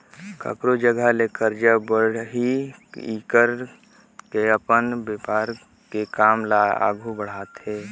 कखरो जघा ले करजा बाड़ही कइर के अपन बेपार के काम ल आघु बड़हाथे